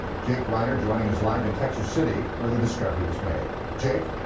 jake reiner joining us live in texas city, where the discovery was made. jake